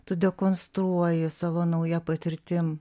tu dekonstruoji savo nauja patirtim